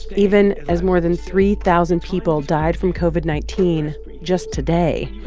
even as more than three thousand people died from covid nineteen just today,